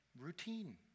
routine